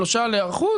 שלושה להיערכות,